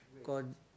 corn